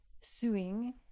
Suing